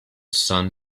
sun